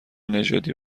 نژادی